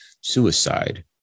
suicide